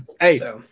hey